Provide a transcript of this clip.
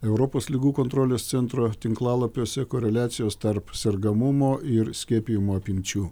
europos ligų kontrolės centro tinklalapiuose koreliacijos tarp sergamumo ir skiepijimo apimčių